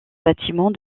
bâtiments